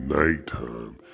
nighttime